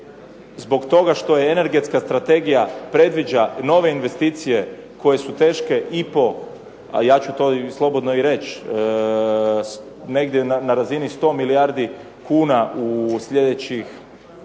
zbog toga što energetska strategija predviđa nove investicije koje su teške i po, ja ću to slobodno reći, negdje na razini 100 milijardi kuna za sljedećih